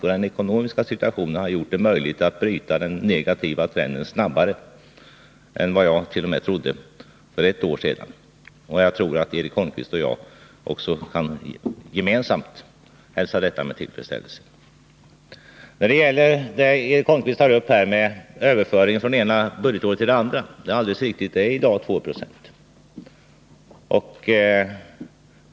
Och den ekonomiska situationen har gjort det möjligt att Nr 45 bryta den negativa trenden snabbare än vad jag trodde för ett år sedan. Det är något som jag tror att både Eric Holmqvist och jag kan hälsa med tillfredsställelse. Det är riktigt, som Eric Holmqvist säger, att det sker en överföring från det ena budgetåret till det andra med upp till 2 26.